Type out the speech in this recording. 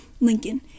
Lincoln